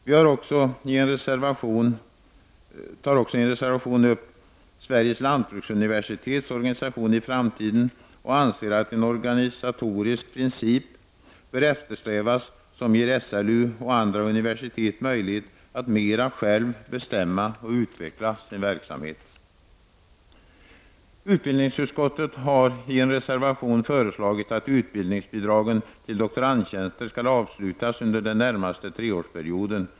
Vi tar också i en reservation upp Sveriges lantbruksnuniversitets organisation i framtiden och anser att en organisatorisk princip bör eftersträvas som ger SLU och andra universitet möjlighet att bestämma mer själva och utveckla sin verksamhet. I en reservation i utbildningsutskottet har föreslagits att omvandlingen av utbildningsbidragen till doktorandtjänster skall avslutas under den närmaste treårsperioden.